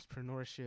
entrepreneurship